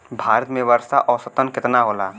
भारत में वर्षा औसतन केतना होला?